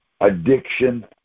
addiction